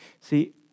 See